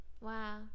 Wow